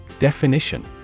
Definition